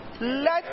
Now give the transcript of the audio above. Let